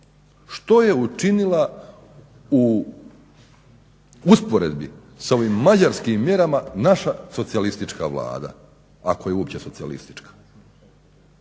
Što je učinila u usporedbi s ovim mađarskim mjerama naša socijalistička Vlada, ako je uopće socijalistička?